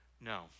no